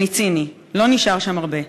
אני ציני, לא נשאר שם הרבה.